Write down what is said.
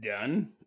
done